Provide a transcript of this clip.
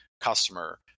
customer